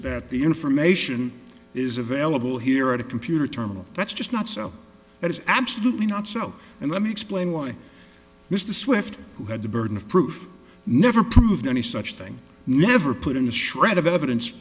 that the information is available here at a computer terminal that's just not so that is absolutely not so and let me explain why mr swift who had the burden of proof never proved any such thing never put in a shred of evidence